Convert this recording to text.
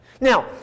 Now